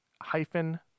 hyphen